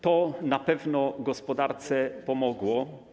To na pewno gospodarce pomogło.